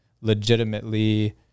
legitimately